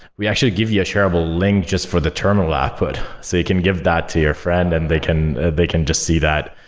we actually give you a shareable link just for the terminal output. so you can give that to your friend and they can they can just see that.